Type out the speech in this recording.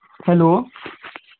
hello